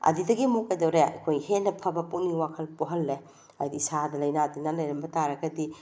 ꯑꯗꯨꯗꯒꯤꯃꯨꯛ ꯀꯩꯗꯧꯔꯦ ꯑꯩꯈꯣꯏ ꯍꯦꯟꯅ ꯐꯕ ꯄꯨꯛꯅꯤꯡ ꯋꯥꯈꯜ ꯄꯣꯛꯍꯜꯂꯦ ꯍꯥꯏꯗꯤ ꯏꯁꯥꯗ ꯂꯥꯏꯅꯥ ꯇꯤꯟꯅꯥ ꯂꯩꯔꯝꯕ ꯇꯥꯔꯒꯗꯤ